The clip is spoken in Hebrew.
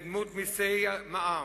בדמות מסי מע"מ,